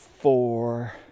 four